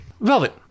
Velvet